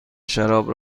شراب